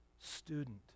student